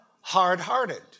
hard-hearted